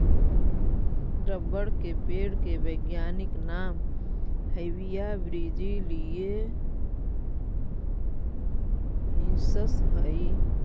rubber के पेड़ के वैज्ञानिक नाम हैविया ब्रिजीलिएन्सिस हइ